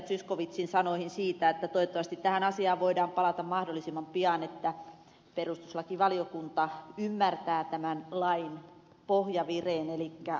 zyskowiczin sanoihin siitä että toivottavasti tähän asiaan voidaan palata mahdollisimman pian että perustuslakivaliokunta ymmärtää tämän lain pohjavireen elikkä